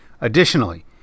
Additionally